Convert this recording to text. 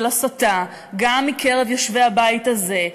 של הסתה גם מקרב יושבי הבית הזה,